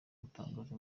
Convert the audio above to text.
gutangaza